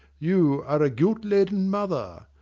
you are a guilt-laden mother!